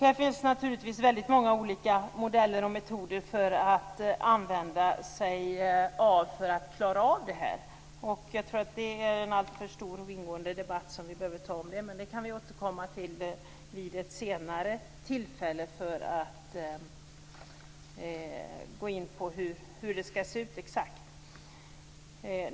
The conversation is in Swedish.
Det finns naturligtvis väldigt många olika modeller och metoder att använda sig av för att klara av detta. Jag tror att det är en alltför stor och ingående debatt som vi behöver ta om det. Det kan vi återkomma till vid ett senare tillfälle. Då kan vi gå in på hur det skall se ut exakt.